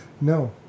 no